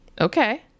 Okay